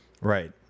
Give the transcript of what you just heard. Right